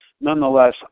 nonetheless